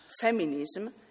feminism